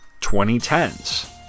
2010s